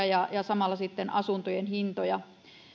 ja samalla sitten asuntojen hintoja